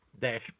dash